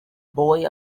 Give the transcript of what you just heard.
boy